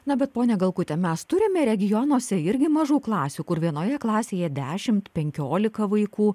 na bet ponia galkute mes turime regionuose irgi mažų klasių kur vienoje klasėje dešimt penkiolika vaikų